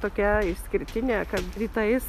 tokia išskirtinė kad rytais